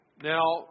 Now